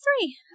three